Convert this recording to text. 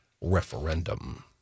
referendum